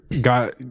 God